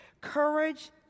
Courage